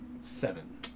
Seven